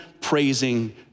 praising